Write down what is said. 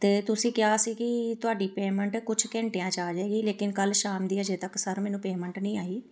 ਅਤੇ ਤੁਸੀਂ ਕਿਹਾ ਸੀ ਕਿ ਤੁਹਾਡੀ ਪੇਮੈਂਟ ਕੁਛ ਘੰਟਿਆਂ 'ਚ ਆ ਜਾਏਗੀ ਲੇਕਿਨ ਕੱਲ੍ਹ ਸ਼ਾਮ ਦੀ ਅਜੇ ਤੱਕ ਸਰ ਮੈਨੂੰ ਪੇਮੈਂਟ ਨਹੀਂ ਆਈ